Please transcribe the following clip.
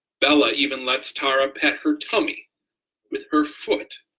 bella even lets tara pet her tummy with her foot.